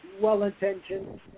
Well-intentioned